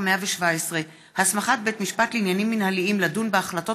117) (הסמכת בית משפט לעניינים מינהליים לדון בהחלטות